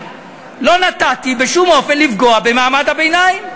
לא נתתי בשום אופן לפגוע במעמד הביניים.